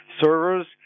servers